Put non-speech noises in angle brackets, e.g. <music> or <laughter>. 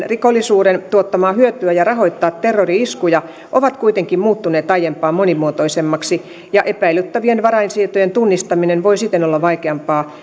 <unintelligible> rikollisuuden tuottamaa hyötyä ja rahoittaa terrori iskuja ovat kuitenkin muuttuneet aiempaa monimuotoisemmiksi ja epäilyttävien varainsiirtojen tunnistaminen voi siten olla vaikeampaa <unintelligible>